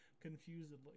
confusedly